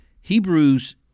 Hebrews